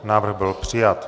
Návrh byl přijat.